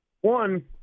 One